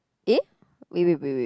eh wait wait wait wait wait